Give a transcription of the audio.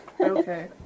Okay